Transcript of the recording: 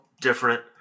different